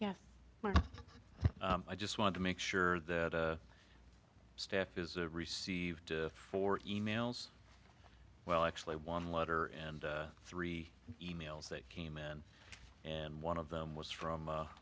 yeah i just wanted to make sure that staff is a received for emails well actually one letter and three emails that came in and one of them was from